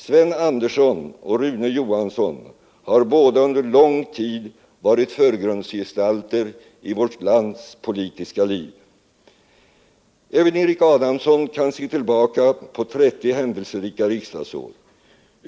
Sven Andersson och Rune Johansson har båda under lång tid varit förgrundsgestalter i vårt lands politiska liv. Även Erik Adamsson kan se tillbaka på 30 händelserika riksdagsår.